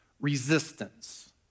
resistance